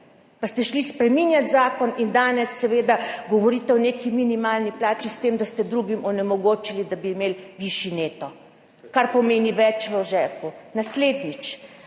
pa ste šli spreminjat zakon in danes seveda govorite o neki minimalni plači, s tem, da ste drugim onemogočili, da bi imeli višji neto, kar pomeni, več v žepu. Naslednje.